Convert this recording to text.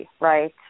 right